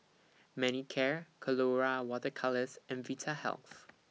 Manicare Colora Water Colours and Vitahealth